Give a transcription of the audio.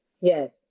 yes